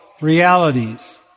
realities